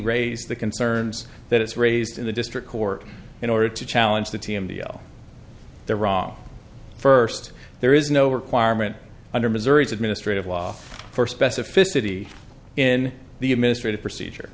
raise the concerns that it's raised in the district court in order to challenge the t m deal they're wrong first there is no requirement under missouri's administrative law for specificity in the administrative procedure